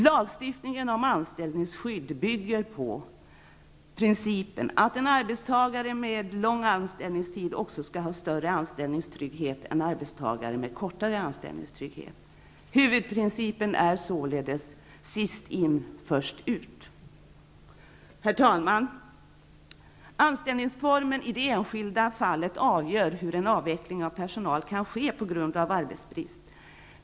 Lagstiftningen om anställningsskydd bygger på prinicpen att en arbetstagare med lång anställningstid också skall ha större anställningstrygghet än arbetstagare med kortare anställningstid. Huvudprincipen är således ''sist in först ut''. Herr talman! Anställningsformen i det enskilda fallet avgör hur avveckling av personal kan ske på grund av arbetsbrist.